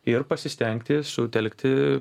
ir pasistengti sutelkti